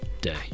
day